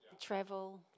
Travel